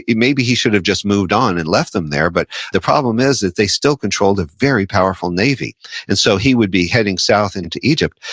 yeah maybe he should have just moved on and left them there. but the problem is that they still controlled a very powerful navy. and so, he would be heading south into egypt,